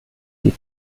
die